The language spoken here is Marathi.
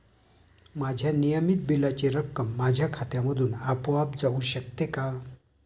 माझ्या नियमित बिलाची रक्कम माझ्या खात्यामधून आपोआप जाऊ शकते का?